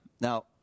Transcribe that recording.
Now